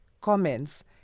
comments